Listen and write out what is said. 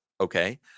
Okay